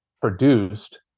produced